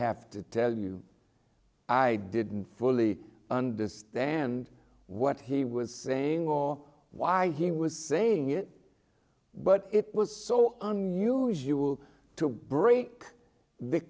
have to tell you i didn't fully understand what he was saying or why he was saying it but it was so unusual to break the